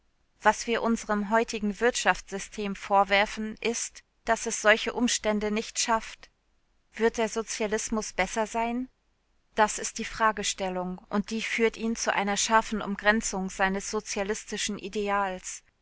was wir unserem heutigen wirtschaftssystem vorwerfen ist daß es solche umstände nicht schafft wird der sozialismus besser sein das ist die fragestellung und die führt ihn zu einer scharfen umgrenzung seines sozialistischen ideals